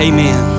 Amen